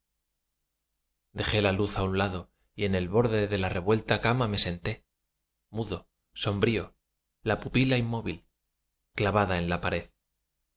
dejé la luz á un lado y en el borde de la revuelta cama me senté mudo sombrío la pupila inmóvil clavada en la pared